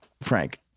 Frank